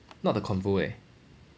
not the convo eh